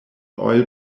oil